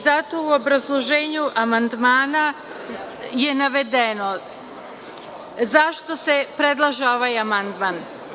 Zato je u obrazloženju amandmana navedeno zašto se predlaže ovaj amandman.